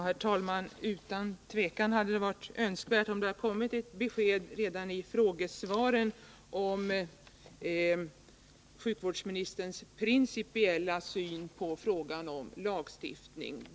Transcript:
Herr talman! Utan tvivel hade det varit önskvärt om det hade kommit ett besked redan i frågesvaret om sjukvårdsministerns principiella syn i lagstiftningsfrågan.